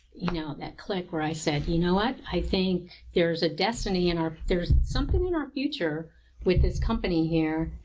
you know, that click where i said, you know what, i think there is a destiny in, there is something in our future with this company here.